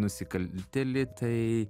nusikaltėlį tai